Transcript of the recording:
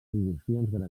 institucions